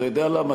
אתה יודע למה?